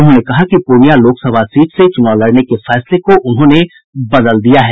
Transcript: उन्होंने कहा कि पूर्णिया लोकसभा सीट से चुनाव लड़ने के फैसले को उन्होंने बदल दिया है